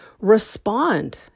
respond